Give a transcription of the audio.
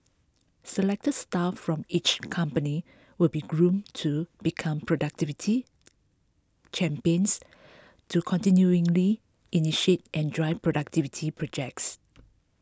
selected staff from each company will be groomed to become productivity champions to continually initiate and drive productivity projects